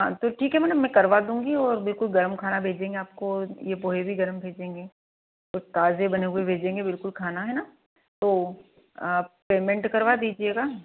हाँ तो ठीक है मैडम मैं करवा दूँगी और बिल्कुल गर्म खाना भेजेंगे आपको ये पूरी भी गर्म भेजेंगे एक ताज़े बने हुए भेजेंगे बिल्कुल खाना है ना तो पेमेंट करवा दीजिएगा